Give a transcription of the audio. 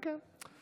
כן, כן.